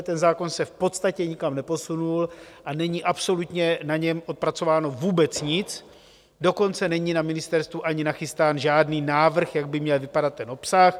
Ten zákon se v podstatě nikam neposunul a není absolutně na něm odpracováno vůbec nic, dokonce není na ministerstvu ani nachystán žádný návrh, jak by měl vypadat ten obsah.